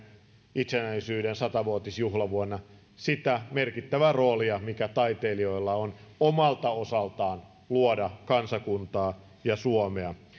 itsenäisyyden sata vuotisjuhlavuonna sitä merkittävää roolia mikä taiteilijoilla on omalta osaltaan luoda kansakuntaa ja suomea